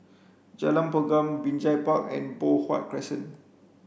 Jalan Pergam Binjai Park and Poh Huat Crescent